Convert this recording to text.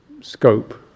scope